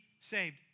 saved